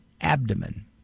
abdomen